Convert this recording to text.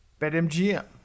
BetMGM